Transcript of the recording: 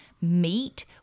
meet